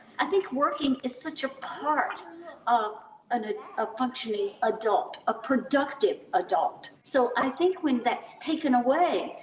i think working is such a part of and ah a functioning adult, a productive adult. so i think, when that's taken away,